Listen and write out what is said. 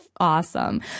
awesome